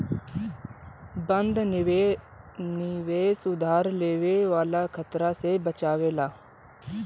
बंध निवेश उधार लेवे वाला के खतरा से बचावेला